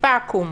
טיפה עקום.